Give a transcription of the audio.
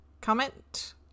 comment